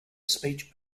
speech